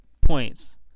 points